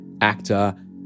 actor